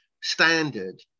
standard